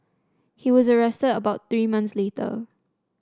he was arrested about three months later